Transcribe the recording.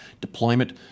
deployment